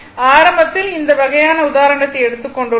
ஆரம்பத்தில் இந்த வகையான உதாரணத்தை எடுத்துக் கொண்டுள்ளோம்